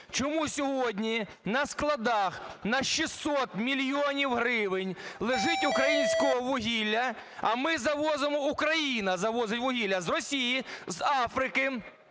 Чому сьогодні на складах на 600 мільйонів гривень лежить українське вугілля, а ми завозимо, Україна завозить вугілля з Росії, з Африки,